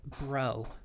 Bro